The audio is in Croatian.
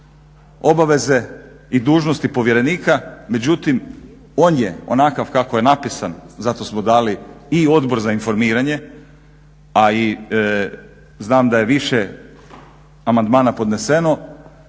obaveze i dužnosti povjerenika, međutim on je onakav kako je napisan. Zato samo dali i Odbor za informiranje, a znam da je i više amandmana podneseno